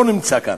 לא נמצא כאן.